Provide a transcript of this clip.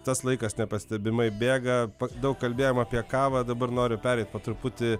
tas laikas nepastebimai bėga daug kalbėjom apie kavą dabar noriu pereit po truputį